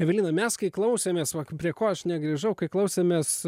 evelina mes kai klausėmės va prie ko aš negrįžau kai klausėmės